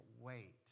wait